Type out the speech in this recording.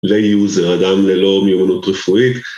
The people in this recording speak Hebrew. ‫לאי-יוזר אדם ללא מיונות רפואית.